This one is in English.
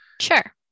Sure